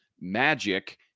Magic